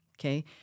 okay